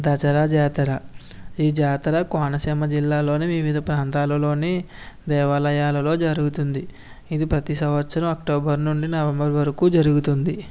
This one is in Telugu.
దసరా జాతర ఈ జాతర కోనసీమ జిల్లాలోనే వివిధ ప్రాంతాలలోనే దేవాలయాలలో జరుగుతుంది ఇది ప్రతిసంవత్సరం అక్టోబర్ నుండి నవంబర్ వరకు జరుగుతుంది